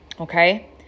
Okay